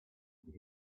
could